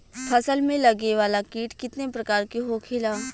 फसल में लगे वाला कीट कितने प्रकार के होखेला?